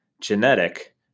genetic